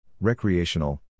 recreational